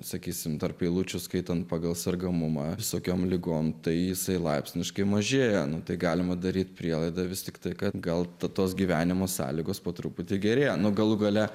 sakysime tarp eilučių skaitant pagal sergamumą visokiom ligom tai jisai laipsniškai mažėja nu tai galima daryti prielaidą vis tiktai kad gal tos gyvenimo sąlygos po truputį gerėja nu galų gale